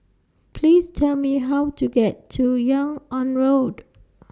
Please Tell Me How to get to Yung An Road